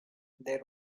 there